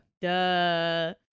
Duh